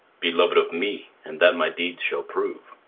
belov'd of me, and that my deeds shall prove.